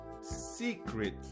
secret